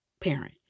parent